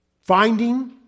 Finding